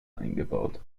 eingebaut